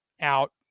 out